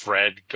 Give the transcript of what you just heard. Fred